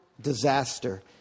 disaster